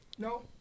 No